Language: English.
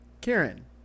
Karen